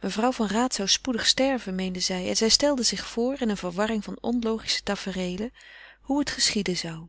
mevrouw van raat zou spoedig sterven meende zij en zij stelde zich voor in eene verwarring van onlogische tafereelen hoe het geschieden zou